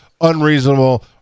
unreasonable